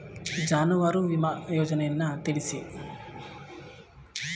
ಜಾನುವಾರು ವಿಮಾ ಯೋಜನೆಯನ್ನು ತಿಳಿಸಿ?